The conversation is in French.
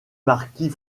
marquis